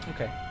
Okay